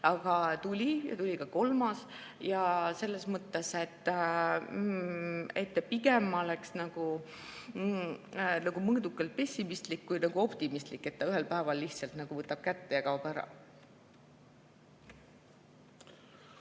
Aga tuli ja tuli ka kolmas. Selles mõttes ma pigem oleks mõõdukalt pessimistlik kui optimistlik, ma ei arva, et ta ühel päeval lihtsalt võtab kätte ja kaob ära.